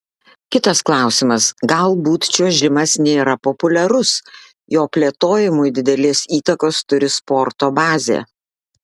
kitas klausimas galbūt čiuožimas nėra populiarus jo plėtojimui didelės įtakos turi sporto bazė